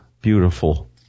beautiful